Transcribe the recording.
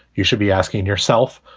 you should be asking yourself,